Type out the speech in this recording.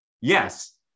Yes